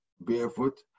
barefoot